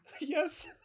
Yes